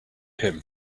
him